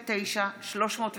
פ/299/23,